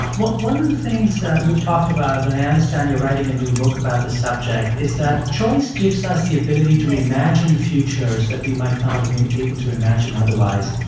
one one of the things you've talked about and i understand you're writing a new book about the subject is that choice gives us the ability to imagine futures that we might not have been able to imagine otherwise.